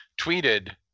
tweeted